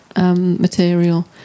material